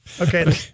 Okay